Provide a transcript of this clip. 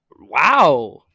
Wow